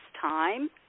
time